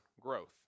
growth